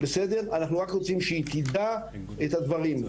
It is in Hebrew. אנחנו רק רוצים שהיא תדע את הדברים.